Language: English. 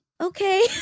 okay